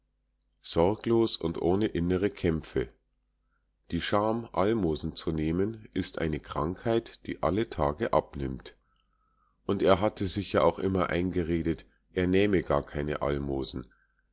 sorglos und ohne innere kämpfe die scham almosen zu nehmen ist eine krankheit die alle tage abnimmt und er hatte sich ja auch immer eingeredet er nähme gar keine almosen